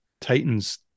Titans